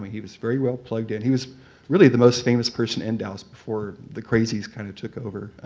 he was very well plugged in. he was really the most famous person in dallas before the crazies kinda took over.